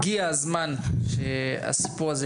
הגיע הזמן שהסיפור הזה,